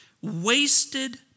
wasted